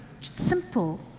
simple